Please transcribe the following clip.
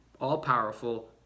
all-powerful